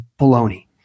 baloney